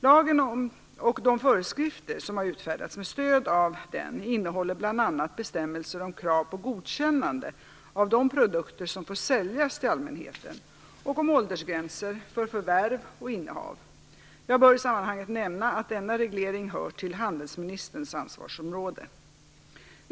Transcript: Lagen och de föreskrifter som har utfärdats med stöd av denna innehåller bl.a. bestämmelser om krav på godkännande av de produkter som får säljas till allmänheten och om åldersgränser för förvärv och innehav. Jag bör i sammanhanget nämna att denna reglering hör till handelsministerns ansvarsområde.